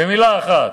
במלה אחת,